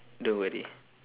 don't worry